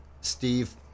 Steve